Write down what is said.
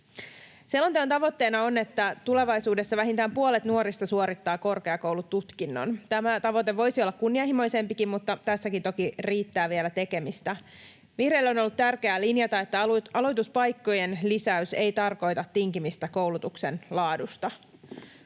Selonteon tavoitteena on, että tulevaisuudessa vähintään puolet nuorista suorittaa korkeakoulututkinnon. Tämä tavoite voisi olla kunnianhimoisempikin, mutta tässäkin toki riittää vielä tekemistä. Vihreille on ollut tärkeää linjata, että aloituspaikkojen lisäys ei tarkoita tinkimistä koulutuksen laadusta.